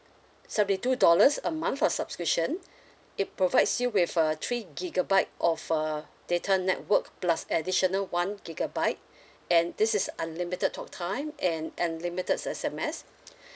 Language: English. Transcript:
seventy two dollars a month of subscription it provides you with a three gigabyte of uh data network plus additional one gigabyte and this is unlimited talk time and unlimited S_M_S